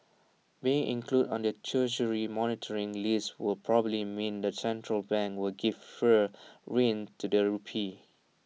being included on the Treasury's monitoring list will probably mean the central bank will give freer rein to the rupee